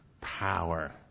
power